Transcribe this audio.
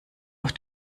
auf